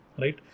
right